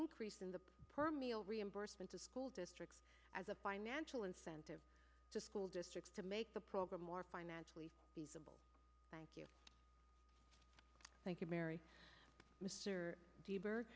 increase in the per meal reimbursement the school district has a financial incentive to school districts to make the program more financially feasible thank you thank you mary mr de